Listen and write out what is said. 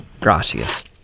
Gracias